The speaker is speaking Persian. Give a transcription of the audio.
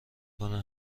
کنه